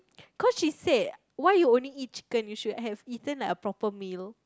cause she say why you only eat chicken you should have eaten like a proper meal